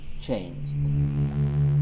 changed